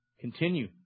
Continue